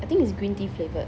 I think it's green tea flavoured